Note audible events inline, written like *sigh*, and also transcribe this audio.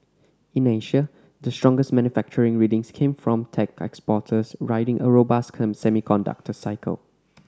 in Asia the strongest manufacturing readings came from tech exporters riding a robust *unintelligible* semiconductor cycle